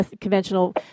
conventional